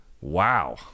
Wow